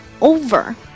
over